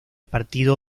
partido